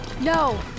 no